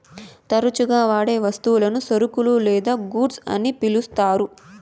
తరచుగా వాడే వస్తువులను సరుకులు లేదా గూడ్స్ అని పిలుత్తారు